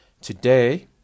today